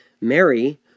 Mary